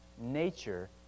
nature